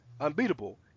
unbeatable